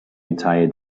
entire